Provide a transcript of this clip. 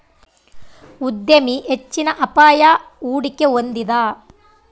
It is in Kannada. ಉದ್ಯಮಿ ಹೆಚ್ಚಿನ ಅಪಾಯ, ಹೂಡಿಕೆ ಹೊಂದಿದ